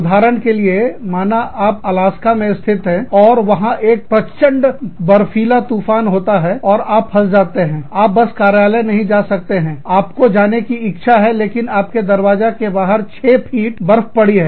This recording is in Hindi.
उदाहरण के लिए माना आप अलास्का में स्थित है और वहां पर प्रचंड बर्फीला तूफान होता है और आप फँस जाते हैंआप बस कार्यालय नहीं जा सकते हैं आपको जाने की इच्छा है लेकिन आपके दरवाजे के बाहर 6 फीट बर्फ पड़ी है